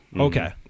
Okay